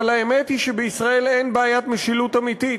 אבל האמת היא שבישראל אין בעיית משילות אמיתית.